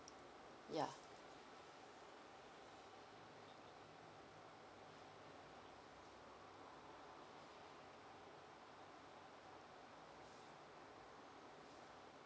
yeah